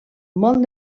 molt